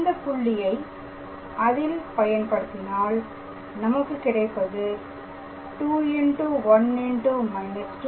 இந்த புள்ளியை அதில் பயன்படுத்தினால் நமக்கு கிடைப்பது 2